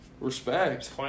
Respect